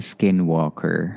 Skinwalker